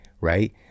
right